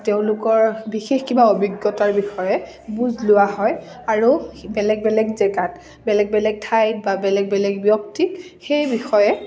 তেওঁলোকৰ বিশেষ কিবা অভিজ্ঞতাৰ বিষয়ে বুজ লোৱা হয় আৰু বেলেগ বেলেগ জেগাত বেলেগ বেলেগ ঠাইত বা বেলেগ বেলেগ ব্যক্তিক সেই বিষয়ে